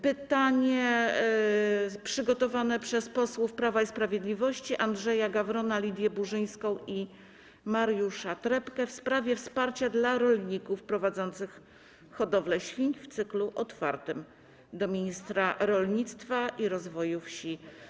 Pytanie przygotowane przez posłów Prawa i Sprawiedliwości: Andrzeja Gawrona, Lidię Burzyńską i Mariusza Trepkę, w sprawie wsparcia dla rolników prowadzących hodowlę świń w cyklu otwartym - do ministra rolnictwa i rozwoju wsi.